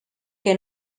que